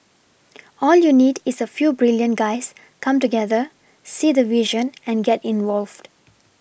all you need is a few brilliant guys come together see the vision and get involved